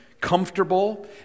comfortable